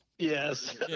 Yes